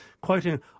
Quoting